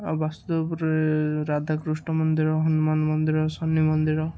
ଆଉ ବାସୁଦେବପୁରରେ ରାଧାକୃଷ୍ଣ ମନ୍ଦିର ହନୁମାନ ମନ୍ଦିର ଶନି ମନ୍ଦିର